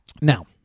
Now